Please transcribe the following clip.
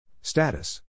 Status